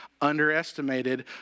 underestimated